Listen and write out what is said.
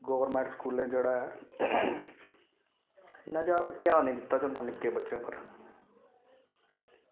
government स्कूलें जेह्ड़ा ऐ इन्ना जैदा ध्यान निं दित्ता जंदा निक्के बच्चें उप्पर